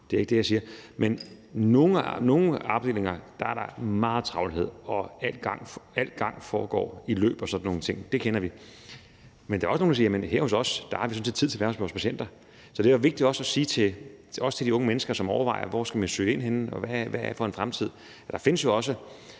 Det er ikke det, jeg siger, men på nogle afdelinger er der meget travlhed, og al gang foregår i løb og sådan nogle ting. Det kender vi. Men der er også nogle, der siger: Her hos os har vi sådan set tid til at være hos vores patienter. Så det er vigtigt også at sige til de unge mennesker, som overvejer fremtiden, og hvor de skal søge ind, at der jo også